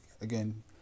again